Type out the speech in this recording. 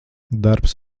darbs